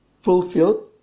fulfilled